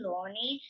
Loni